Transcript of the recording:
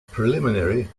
preliminary